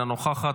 אינה נוכחת,